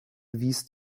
wies